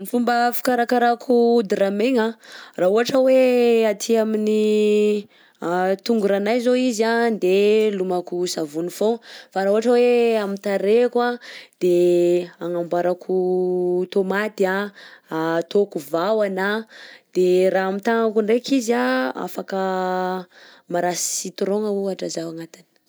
Fomba fikarakarako hodira megna raha ohatra hoe aty amin'ny tongora anay zao izy a de lomako savony fogna fa raha ohatra hoe amin'ny tarehiko a de agnamboarako taomaty, ataoko vahoana, de raha amin'ny tagnako ndreka izy afaka maraha citron ohatra zaho agnatiny.